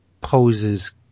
poses